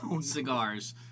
cigars